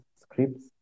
scripts